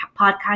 podcast